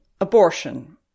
abortion